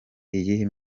iyihe